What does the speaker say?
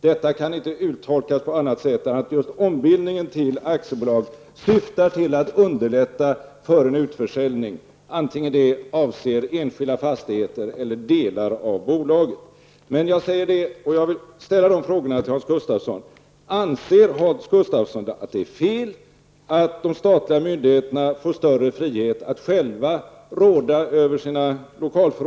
Detta kan inte uttolkas på annat sätt än att just ombildningen till aktiebolag syftar till att underlätta en utförsäljning, vare sig det avser enskilda fastigheter eller delar av bolaget. Gustafsson för det första att det är fel att de statliga myndigheterna får större frihet att själva råda över sina lokalfrågor?